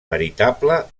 veritable